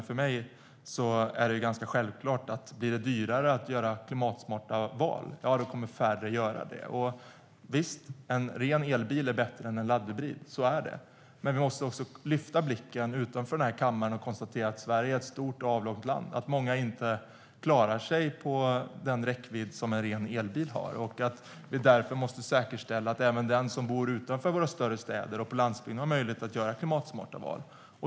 För mig är det ganska självklart att färre kommer att göra klimatsmarta val om det blir dyrare att göra det. Visst, en ren elbil är bättre än en laddhybrid - så är det. Men vi måste lyfta blicken utanför kammaren och konstatera att Sverige är ett stort och avlångt land. Många klarar sig inte på den räckvidd en ren elbil har, och därför måste vi säkerställa att även den som bor utanför våra större städer och på landsbygden har möjlighet att göra klimatsmarta val.